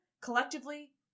collectively